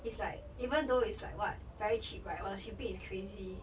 it's like even though is like what very cheap right but the shipping is crazy